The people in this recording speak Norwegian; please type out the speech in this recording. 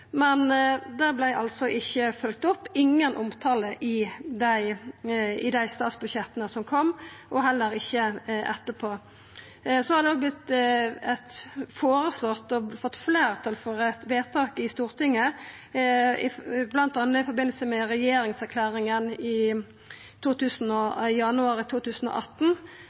Men det vart ikkje følgt opp, det var ingen omtale i det statsbudsjettet som kom, og heller ikkje etterpå. Det har òg vorte føreslått og vedtatt i Stortinget, bl.a. i samband med regjeringserklæringa i januar 2018,